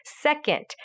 Second